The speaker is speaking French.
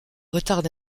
retardent